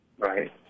right